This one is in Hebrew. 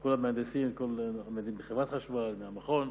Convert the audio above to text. עם מהנדסים, בחברת חשמל, מהמכון.